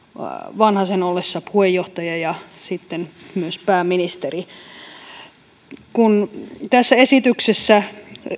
vanhasen ollessa puheenjohtaja ja sitten myös pääministeri tässä esityksessä